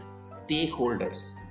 stakeholders